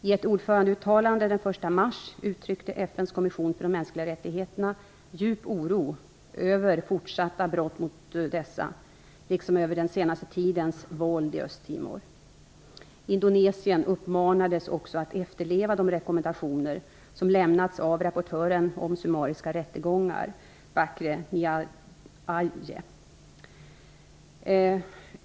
I ett ordförandeuttalande den 1 mars uttryckte FN:s kommission för de mänskliga rättigheterna djup oro över fortsatta brott mot dessa, liksom över den senaste tidens våld i Östtimor. Indonesien uppmanades också att efterleva de rekommendationer som lämnats av rapportören om summariska rättegångar, Bacre Ndiaye.